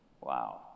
Wow